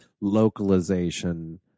localization